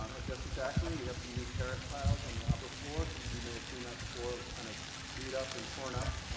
um at jessie thackery we have some new terrace tiles on the upper floor some of you may have seen that before it was kind of beat up and torn up.